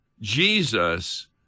Jesus